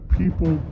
people